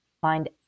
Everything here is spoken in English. find